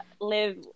live